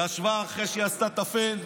ישבה אחרי שהיא עשתה את הפן,